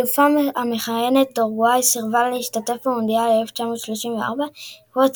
האלופה המכהנת אורוגוואי סירבה להשתתף במונדיאל 1934 בעקבות